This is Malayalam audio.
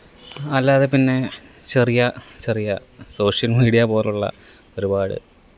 അല്ലാതെ പിന്നെ ചെറിയ ചെറിയ സോഷ്യല് മീഡിയാ പോലെ ഉള്ള ഒരുപാട്